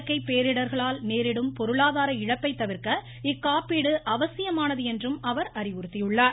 இயற்கை பேரிடர்களால் நேரிடும் பொருளாதார இழப்பை தவிர்க்க இக்காப்பீடு அவசியமானது என்றும் அவர் அறிவுறுத்தியுள்ளார்